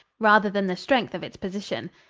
rather than the strength of its position.